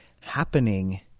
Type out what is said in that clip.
happening